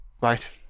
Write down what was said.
Right